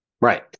Right